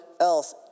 else